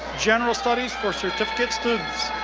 general studies for certificate students.